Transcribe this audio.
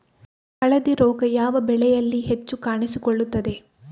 ಹಳದಿ ರೋಗ ಯಾವ ಬೆಳೆಯಲ್ಲಿ ಹೆಚ್ಚು ಕಾಣಿಸಿಕೊಳ್ಳುತ್ತದೆ?